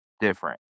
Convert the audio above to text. different